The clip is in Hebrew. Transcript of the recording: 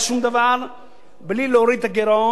בלי להוריד את הגירעון, בלי להגדיל את הגירעון.